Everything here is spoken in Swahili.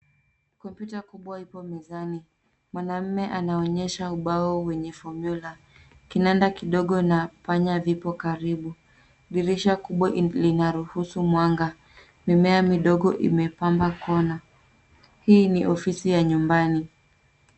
Kompyuta kubwa iko mezani. Mwanaume anaonyesha ubao wenye fomula. Kinanda kidogo na panya vipo karibu. Dirisha kubwa linaruhusu mwanga. Mimea midogo imepamba kona. Hii ni ofisi ya nyumbani.